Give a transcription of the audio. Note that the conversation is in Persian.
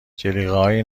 جلیقههای